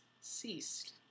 ceased